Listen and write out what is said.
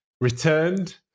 returned